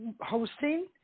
hosting